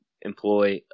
employ